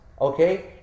Okay